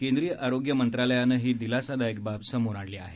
केंद्रीय आरोग्य मंत्रालयानं ही दिलासादायक बाब समोर आणली आहे